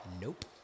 nope